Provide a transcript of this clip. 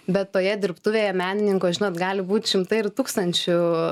bet toje dirbtuvėje menininkų žinot gali būt šimtai ir tūkstančių